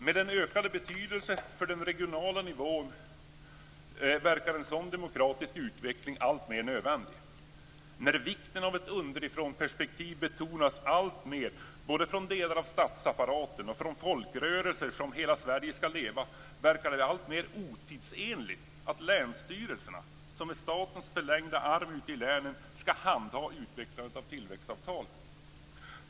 Med den ökade betydelsen vad gäller den regionala nivån verkar en sådan demokratisk utveckling alltmer nödvändig. När vikten av ett underifrånperspektiv alltmer betonas både från delar av statsapparaten och från en folkrörelse som Hela Sverige skall leva verkar det alltmer otidsenligt att länsstyrelserna, som är statens förlängda arm ute i länen, skall handha utvecklandet av tillväxtavtal.